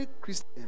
Christian